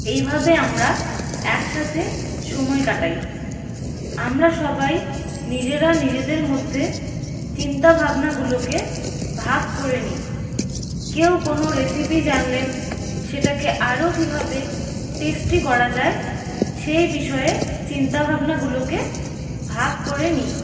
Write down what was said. এইভাবে আমরা এক সাথে সময় কাটাই আমরা সবাই নিজেরা নিজেদের মধ্যে চিন্তা ভাবনাগুলোকে ভাগ করে নিই কেউ কোনো রেসিপি জানলে সেটাকে আরও কীভাবে টেস্টি করা যায় সেই বিষয়ে চিন্তা ভাবনাগুলোকে ভাগ করে নিই